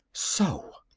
so!